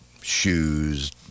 shoes